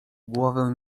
głowę